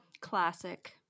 classic